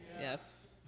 Yes